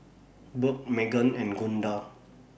Burke Meggan and Gunda